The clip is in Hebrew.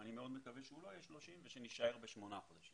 ואני מאוד מקווה שהוא לא יהיה 30 חודשים ושנישאר בשמונה חודשים.